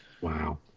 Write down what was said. Wow